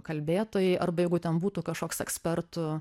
kalbėtojai arba jeigu ten būtų kažkoks ekspertų